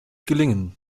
gelingen